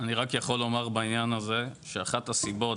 אני רק יכול לומר בעניין הזה שאחת הסיבות